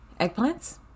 Eggplants